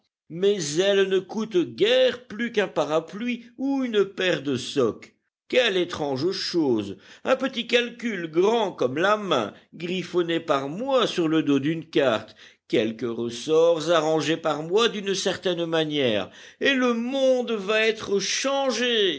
mes ailes ne coûtent guère plus qu'un parapluie ou une paire de socques quelle étrange chose un petit calcul grand comme la main griffonné par moi sur le dos d'une carte quelques ressorts arrangés par moi d'une certaine manière et le monde va être changé